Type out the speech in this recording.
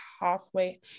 halfway